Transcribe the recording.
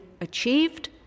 achieved